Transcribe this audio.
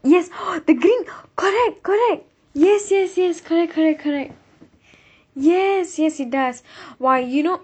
yes the green correct correct yes yes yes correct correct correct yes yes it does !wah! you know